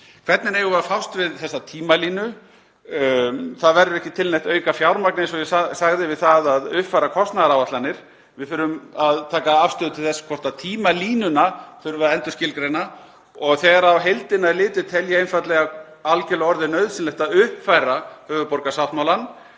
Hvernig eigum við að fást við þessa tímalínu? Það verður ekki til neitt aukafjármagn, eins og ég sagði, við það að uppfæra kostnaðaráætlanir. Við þurfum að taka afstöðu til þess hvort tímalínuna þurfi að endurskilgreina. Þegar á heildina er litið tel ég einfaldlega orðið algerlega nauðsynlegt að uppfæra höfuðborgarsáttmálann